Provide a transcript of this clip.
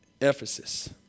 Ephesus